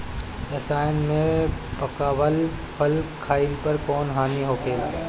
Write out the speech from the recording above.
रसायन से पकावल फल खइला पर कौन हानि होखेला?